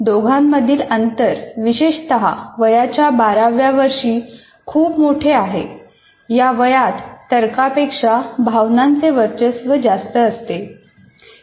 दोघांमधील अंतर विशेषतः वयाच्या 12 व्या वर्षी खूप मोठे आहे या वयात तर्का पेक्षा भावनांचे वर्चस्व जास्त असते